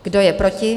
Kdo je proti?